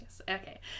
Okay